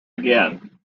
again